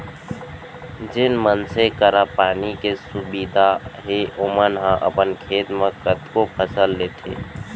जेन मनसे करा पानी के सुबिधा हे ओमन ह अपन खेत म कतको फसल लेथें